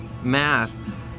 math